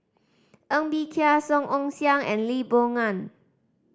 Ng Bee Kia Song Ong Siang and Lee Boon Ngan